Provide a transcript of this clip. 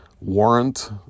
warrant